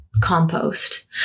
compost